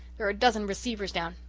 there are a dozen receivers down.